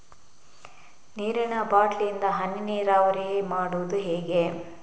ನೀರಿನಾ ಬಾಟ್ಲಿ ಇಂದ ಹನಿ ನೀರಾವರಿ ಮಾಡುದು ಹೇಗೆ?